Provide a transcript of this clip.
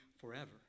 forever